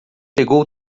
pegou